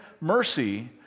mercy